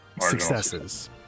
Successes